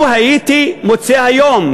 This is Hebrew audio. לו הייתי מוצא היום,